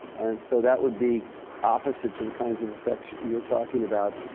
and so that would be opposite to the kinds of effects you're talking about.